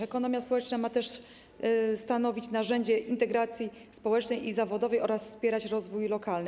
Ekonomia społeczna ma też stanowić narzędzie integracji społecznej i zawodowej oraz wspierać rozwój lokalny.